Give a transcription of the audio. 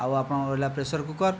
ଆଉ ଆପଣଙ୍କର ରହିଲା ପ୍ରେସର କୁକର